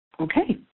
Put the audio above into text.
Okay